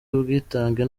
ubwitange